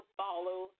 follow